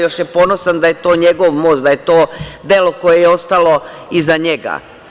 Još je ponosan da je to njegov most, da je to delo koje je ostalo iza njega.